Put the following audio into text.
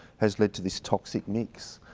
has led to this toxic mix.